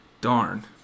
Darn